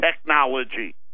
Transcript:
technology